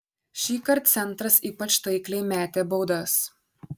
šįkart centras ypač taikliai metė baudas